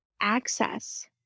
access